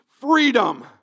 freedom